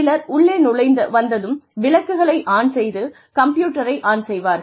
சிலர் உள்ளே வந்ததும் விளக்குகளை ஆன் செய்து கம்ப்யூட்டரை ஆன் செய்வார்கள்